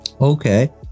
Okay